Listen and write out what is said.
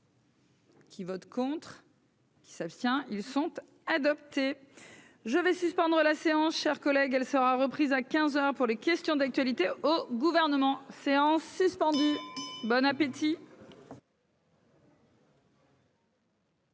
Qui vote contre. Qui s'abstient ils sentent adopté je vais suspendre la séance, chers collègues, elle sera reprise à 15 heures pour les questions d'actualité au gouvernement séance suspendue bon appétit.